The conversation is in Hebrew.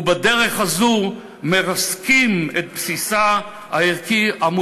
ובדרך הזאת מרסקים את בסיסה הערכי המוסרי,